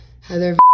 Heather